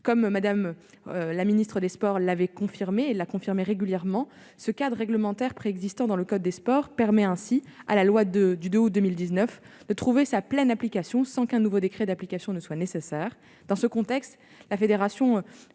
Mme la ministre chargée des sports le confirme régulièrement, ce cadre réglementaire préexistant dans le code du sport permet à la loi de du 2 août 2019 de trouver sa pleine application sans qu'un nouveau décret d'application soit nécessaire. Dans ce contexte, la Fédération française